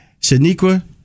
Shaniqua